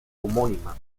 homónima